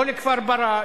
לא לכפר-ברא,